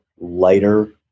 lighter